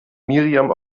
miriam